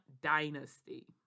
dynasty